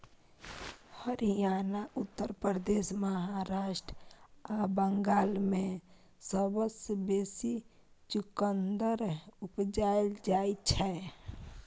हरियाणा, उत्तर प्रदेश, महाराष्ट्र आ बंगाल मे सबसँ बेसी चुकंदर उपजाएल जाइ छै